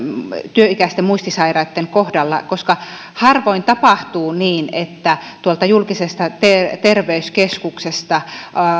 työikäisten muistisairaitten kohdalla koska harvoin tapahtuu niin että julkisesta terveyskeskuksesta